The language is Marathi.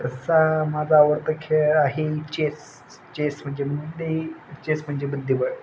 तसा माझा आवडता खेळ आहे चेस चेस म्हणजे मुद्दे चेस म्हणजे बुद्धिबळ